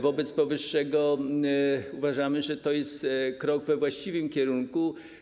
Wobec powyższego uważamy, że to jest krok we właściwym kierunku.